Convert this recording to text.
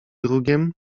drugiem